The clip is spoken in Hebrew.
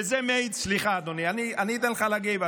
וזה מעיד, סליחה, אדוני, אני אתן לך להגיב.